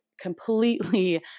completely